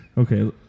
Okay